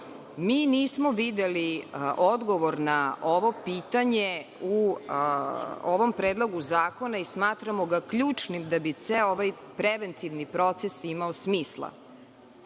Mi nismo videli odgovor na ovo pitanje u ovom Predlogu zakona i smatramo ga ključnim da bi ceo ovaj preventivni proces imao smisla. Već